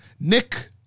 Nick